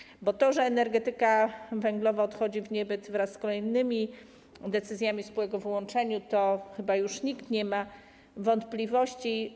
Bo jeśli chodzi o to, że energetyka węglowa odchodzi w niebyt wraz z kolejnymi decyzjami spółek o wyłączeniu, chyba już nikt nie ma wątpliwości.